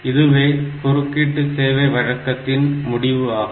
இதுவே குறுக்கீட்டு சேவை வழக்கத்தின் முடிவு ஆகும்